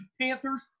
Panthers